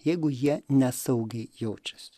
jeigu jie nesaugiai jaučiasi